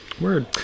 Word